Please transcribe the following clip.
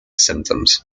symptoms